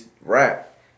rap